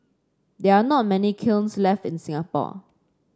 there are not many kilns left in Singapore